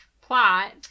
plot